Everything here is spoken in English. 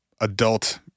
adult